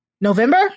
November